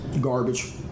garbage